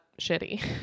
shitty